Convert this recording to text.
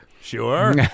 Sure